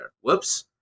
Whoops